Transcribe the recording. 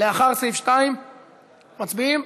לאחר סעיף 2. מצביעים?